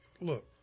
look